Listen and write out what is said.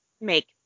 make